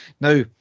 Now